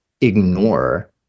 ignore